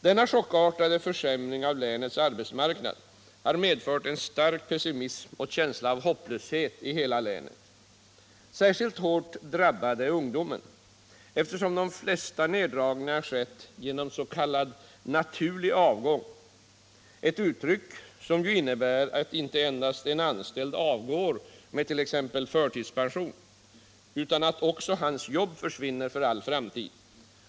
Denna chockartade försämring av länets arbetsmarknad har medfört en stark pessimism och en känsla av hopplöshet i hela länet. Särskilt hårt drabbad är ungdomen, eftersom de flesta nerdragningar har skett genom s.k. naturlig avgång — ett uttryck som innebär inte endast att en anställd avgår med t.ex. förtidspension, utan också att hans jobb försvinner för all framtid.